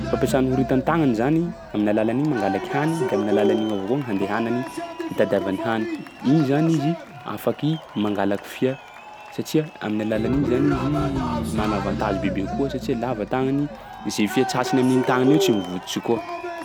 Fampiasan'ny horita tàgnany 'mzany, amin'ny alalan'igny mangalaky hany de amin'ny alalan'igny avao koa handehanany, itadiavany hany. Igny zany izy afaky mangalaky fia, satsia amin'ny alalan'igny zany izy mana avantage bebe kokoa satsia lava tagnany, izay fe tsatsiny amin'igny tagnany io tsy mivotsitry koa.